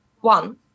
one